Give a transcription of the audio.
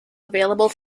available